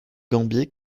gambier